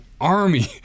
army